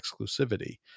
exclusivity